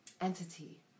entity